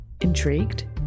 Intrigued